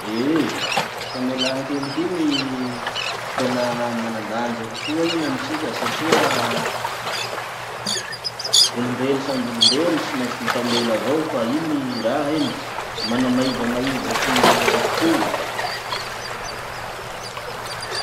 Eh! Famelankeloky iny tena manan-danja kokoa iny amitsika satria olom-belo samby olombelo tsy maintsy mifamela avao fa iny raha iny, mana maivamaiva ty aretim-po.